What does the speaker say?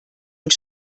und